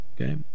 Okay